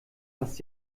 was